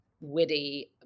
witty